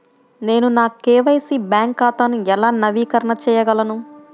నేను నా KYC bank ఖాతాను ఎలా నవీకరణ చేయగలను?